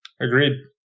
Agreed